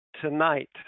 tonight